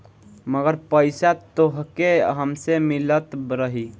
मगर पईसा तोहके हमेसा मिलत रही